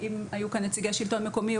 אם היו כאן נציגי שלטון מקומי,